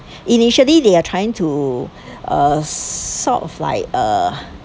initially they were trying to uh sort of like uh